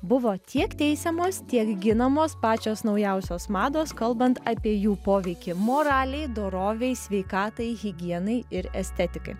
buvo tiek teisiamos tiek ginamos pačios naujausios mados kalbant apie jų poveikį moralei dorovei sveikatai higienai ir estetikai